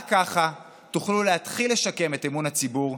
רק ככה תוכלו להתחיל לשקם את אמון הציבור,